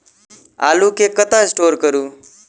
आलु केँ कतह स्टोर करू?